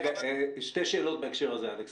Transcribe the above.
שתי שאלות בהקשר הזה, אלכס.